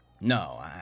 No